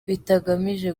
bitagamije